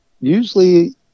usually